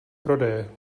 prodeje